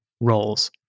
roles